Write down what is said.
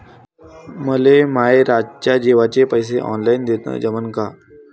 मले माये रातच्या जेवाचे पैसे ऑनलाईन देणं जमन का?